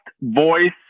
voice